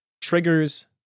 triggers